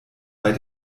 bei